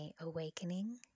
Awakening